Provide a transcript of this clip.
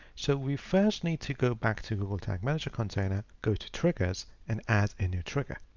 so we first need to go back to google tag manager container, go to triggers and add a new trigger.